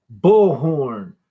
Bullhorn